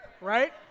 right